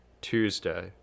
Tuesday